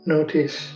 Notice